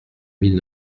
mille